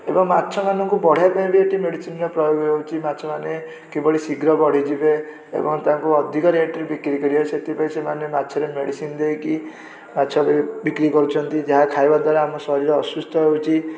ଏବଂ ମାଛ ମାନଙ୍କୁ ବଢ଼େଇବା ପାଇଁ ବି ଏଠି ମେଡ଼ିସିନ୍ର ପ୍ରୟୋଗ ହେଉଛି ମାଛମାନେ କିଭଳି ଶୀଘ୍ର ବଢ଼ିଯିବେ ଏବଂ ତାଙ୍କୁ ଅଧିକ ରେଟ୍ରେ ବିକ୍ରି କରିବେ ସେଥିପାଇଁ ସେମାନେ ମାଛରେ ମେଡ଼ିସିନ୍ ଦେଇକି ମାଛ ବିକ୍ରି କରୁଛନ୍ତି ଯାହା ଖାଇବା ଦ୍ୱାରା ଆମ ଶରୀର ଅସୁସ୍ଥ ହେଉଛି